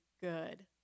good